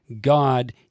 God